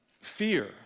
fear